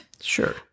Sure